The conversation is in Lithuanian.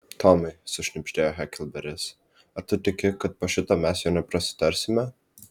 tomai sušnibždėjo heklberis ar tu tiki kad po šito mes jau neprasitarsime